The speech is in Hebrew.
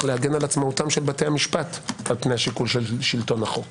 להגן על עצמאות בתי המשפט על פני השיקול של שלטון החוק